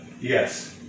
Yes